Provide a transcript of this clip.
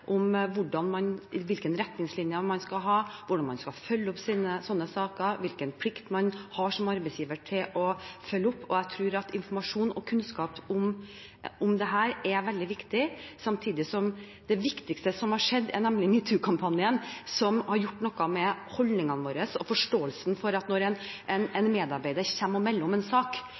om hvilke retningslinjer man skal ha, hvordan man skal følge opp slike saker, og hvilken plikt man har som arbeidsgiver til å følge opp. Jeg tror at informasjon og kunnskap om dette er veldig viktig. Samtidig er det viktigste som har skjedd, metoo-kampanjen; Den har gjort noe med holdningene våre. Nå er det forståelse for at når en medarbeider kommer og melder om en sak,